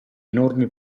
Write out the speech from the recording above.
enormi